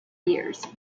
years